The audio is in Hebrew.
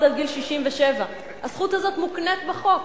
עד גיל 67. הזכות הזאת מוקנית בחוק.